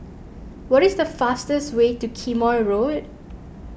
what is the fastest way to Quemoy Road